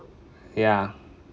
yeah